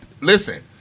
listen